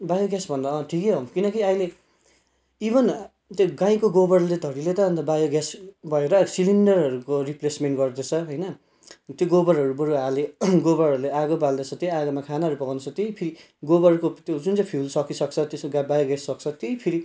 bio gas भन्दामा ठिकै हो किनकि अहिले इभन त्यो गाईको गोबरले त हरूले त अन्त बायो ग्यास भएर सिलिन्डरहरूको रिप्लेसमेन्ट गर्दछ होइन त्यो गोबरहरू बरु हाले गोबरहरूले आगो बाल्दछ त्यही आगोहरूमा खानाहरू पकाउँदछ त्यही फेरि गोबरको त्यो जुन चाहिँ फ्युल सकिसक्छ त्यसको बायो ग्यास सक्छ त्यही फेरि